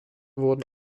wurden